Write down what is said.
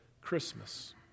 Christmas